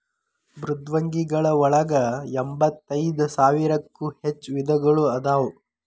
ಮೃದ್ವಂಗಿಗಳ ಒಳಗ ಎಂಬತ್ತೈದ ಸಾವಿರಕ್ಕೂ ಹೆಚ್ಚ ವಿಧಗಳು ಅದಾವ